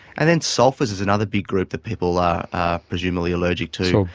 and then sulphurs is another big group that people are presumably allergic to.